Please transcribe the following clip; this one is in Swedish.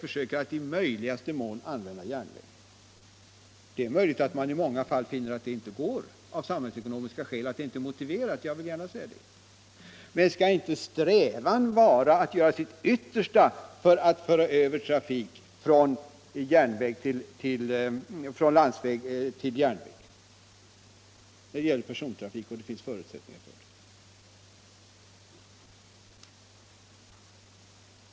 Det är möjligt att man då i många fall inte finner det vara motiverat eller att det går att göra så av samhällsekonomiska skäl — jag vill gärna säga det. Men skall inte strävan ändå vara att göra sitt yttersta för att föra över trafiken från landsväg till järnväg, när det gäller persontrafiken och då det finns förutsättningar härför?